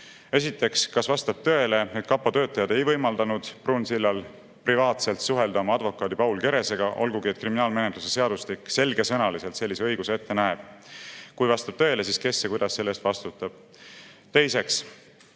Esiteks, kas vastab tõele, et kapo töötajad ei võimaldanud Pruunsillal privaatselt suhelda oma advokaadi Paul Keresega, olgugi et kriminaalmenetluse seadustik selgesõnaliselt sellise õiguse ette näeb? Kui see vastab tõele, siis kes ja kuidas selle eest vastutab? Teiseks,